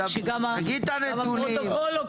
כך שגם הפרוטוקול לא קולט.